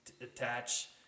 Attach